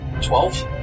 Twelve